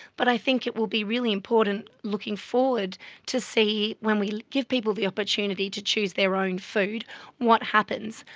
but i think it will be really important looking forward to see when we give people the opportunity to choose their own food what happens.